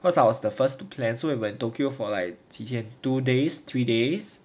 cause I was the first to plan so went tokyo for like 几天 two days three days